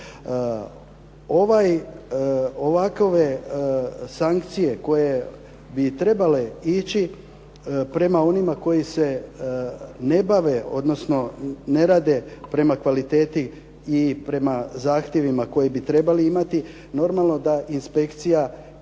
Ovakove sankcije koje bi trebale ići prema onima koji se ne bave, odnosno ne rade prema kvaliteti i prema zahtjevima koje bi trebali imati, normalno da inspekcija